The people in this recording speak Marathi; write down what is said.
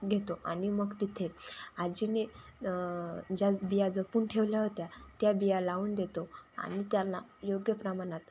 घेतो आणि मग तिथे आजीने ज्या बिया जपून ठेवल्या होत्या त्या बिया लावून देतो आणि त्याला योग्य प्रमाणात